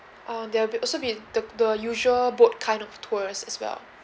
um there'll be also be the the usual boat kind of tours as well